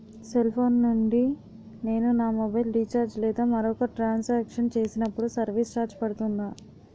Cell phone నుండి నేను నా మొబైల్ రీఛార్జ్ లేదా మరొక ట్రాన్ సాంక్షన్ చేసినప్పుడు సర్విస్ ఛార్జ్ పడుతుందా?